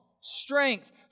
strength